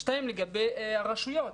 דבר שני, לגבי הרשויות.